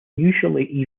usually